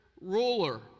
ruler